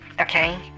Okay